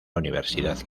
universidad